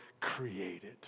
created